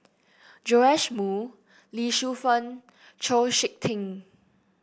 Joash Moo Lee Shu Fen Chau SiK Ting